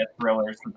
thrillers